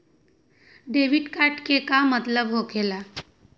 Debit card के का मतलब होकेला?